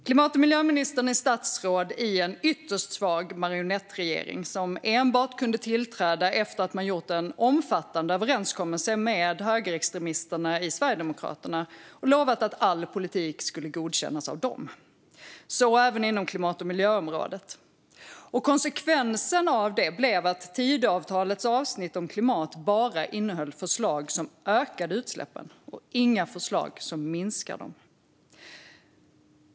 Klimat och miljöministern är statsråd i en ytterst svag marionettregering som enbart kunde tillträda efter att man gjort en omfattande överenskommelse med högerextremisterna i Sverigedemokraterna och lovat att all politik skulle godkännas av dem, så även inom klimat och miljöområdet. Konsekvensen blev att Tidöavtalets avsnitt om klimat bara innehöll förslag som ökade utsläppen och inga förslag som minskade dem.